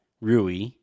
Rui